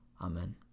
Amen